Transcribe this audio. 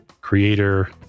creator